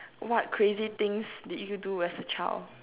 what crazy things did you do as a child